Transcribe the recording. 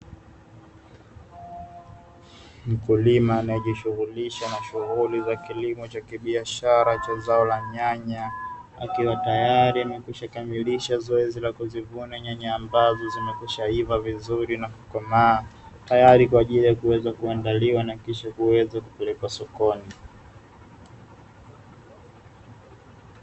Mkulima anayejishughulisha na shughuli ya kilimo cha biashara cha zao la nyanya, akiwa tayari amekwisha kamilisha zoezi la kuzivuna nyanya ambazo zimekwishaiva vizuri na kukomaa, tayari kwa ajili ya kuandiliwa na kisha kuweza kupelekwa sokoni.